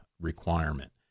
requirement